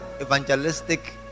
evangelistic